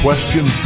Question